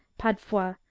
pad-foit,